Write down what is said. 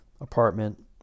apartment